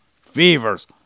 Fevers